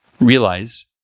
realize